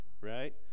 right